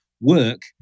work